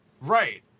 Right